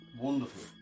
Wonderful